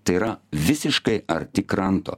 tai yra visiškai arti kranto